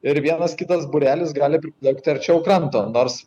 ir vienas kitas būrelis gali priplaukti arčiau kranto nors